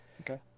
Okay